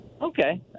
Okay